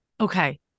okay